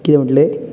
कितें म्हटलें